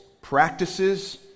practices